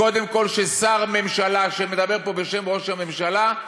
קודם כול שר ממשלה שמדבר פה בשם ראש הממשלה,